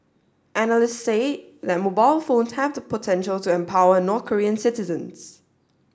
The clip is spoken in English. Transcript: analysts say that mobile phone have the potential to empower North Korean citizens